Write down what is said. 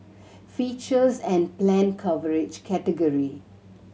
features and planned coverage category